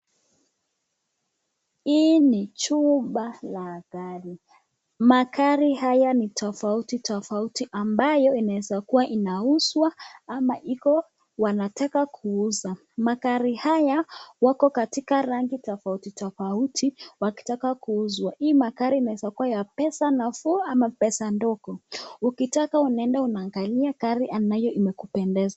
Hii ni chumba ya gari. Magari haya ni tofauti tofauti ambayo inawezakuwa inauzwa ama iko wanataka kuuza. Magari haya wako katika rangi tofauti tofauti wakitaka kuuzwa hii magari inaweza kuwa ya pesa nafuu ama pesa ndogo ukitaka unaenda unaangalia gari ambayo imekupendeza.